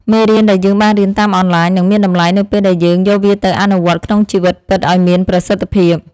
មេរៀនដែលយើងបានរៀនតាមអនឡាញនឹងមានតម្លៃនៅពេលដែលយើងយកវាទៅអនុវត្តក្នុងជីវិតពិតឱ្យមានប្រសិទ្ធភាព។